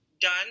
done